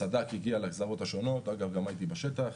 הסד"כ הגיע לגזרות השונות - גם הייתי בשטח